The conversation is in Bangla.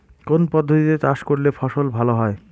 কোন পদ্ধতিতে চাষ করলে ফসল ভালো হয়?